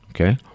Okay